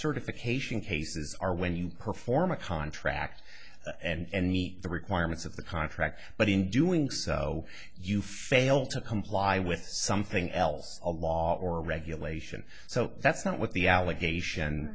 certification cases are when you perform a contract and the requirements of the contract but in doing so you fail to comply with something else a law or regulation so that's not what the allegation